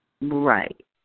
Right